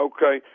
Okay